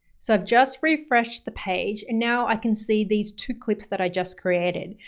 so i've just refreshed the page and now i can see these two clips that i just created.